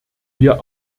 wir